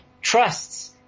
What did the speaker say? trusts